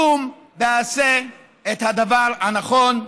קום ועשה את הדבר הנכון,